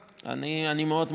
בסוף,